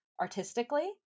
artistically